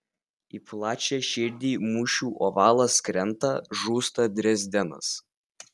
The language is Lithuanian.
į plačią širdį mūšių ovalas krenta žūsta drezdenas